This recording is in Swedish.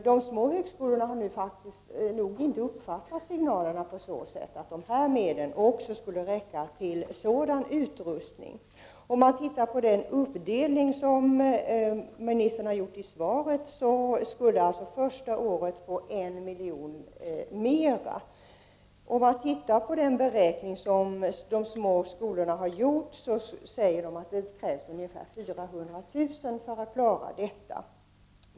De små högskolorna har nog inte uppfattat signalerna så, att dessa medel också skulle räcka till sådan utrustning. Om man utgår från den uppdelning som utbildningsministern gjort i svaret, skulle man första året få 1 milj.kr. mer. De små högskolorna säger att enligt de beräkningar de gjort krävs det ungefär 400 000 kr. för att klara detta.